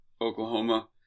Oklahoma